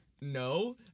no